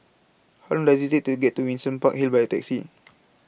How Long Does IT Take to get to Windsor Park Hill By Taxi